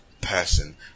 person